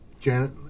Janet